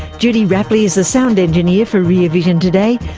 judy rapley is the sound engineer for rear vision today.